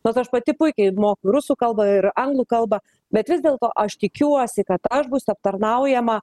nors aš pati puikiai moku rusų kalbą ir anglų kalbą bet vis dėlto aš tikiuosi kad aš būsiu aptarnaujama